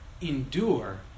endure